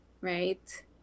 right